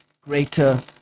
greater